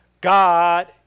God